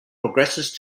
progresses